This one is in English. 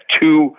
two